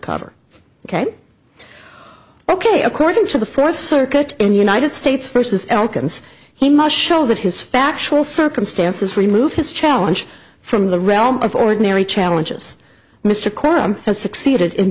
cover ok ok according to the fourth circuit in united states versus elkins he must show that his factual circumstances remove his challenge from the realm of ordinary challenges mr crime has succeeded in